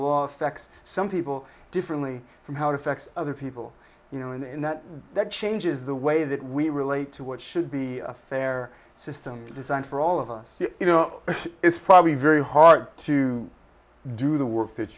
law affects some people differently from how it affects other people you know and that that changes the way that we relate to what should be a fair system designed for all of us you know it's probably very hard to do the work that